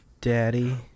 daddy